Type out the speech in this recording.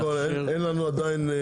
אין לנו ניסוח עדיין.